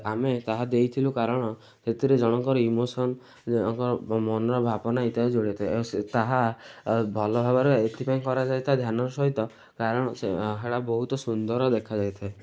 ଆମେ ତାହା ଦେଇଥିଲୁ କାରଣ ସେଥିରେ ଜଣଙ୍କର ଇମୋସନ୍ ଜଣଙ୍କର ମନର ଭାବନା ଏଥିରେ ଯୋଡ଼ି ହେଇଥାଏ ଓ ତାହା ଭଲ ଭାବରେ ଏଥିପାଇଁ କରାଯାଇଥାଏ ଧ୍ୟାନର ସହିତ କାରଣ ସେୟା ସେଇଟା ବହୁତ ସୁନ୍ଦର ଦେଖାଯାଇଥାଏ